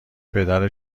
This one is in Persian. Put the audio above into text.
پدر